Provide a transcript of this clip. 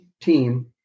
team